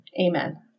amen